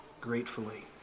gratefully